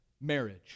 marriage